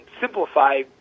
simplify